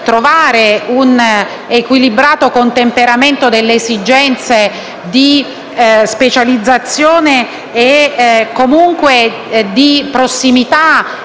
un equilibrato contemperamento tra le esigenze di specializzazione e quelle di prossimità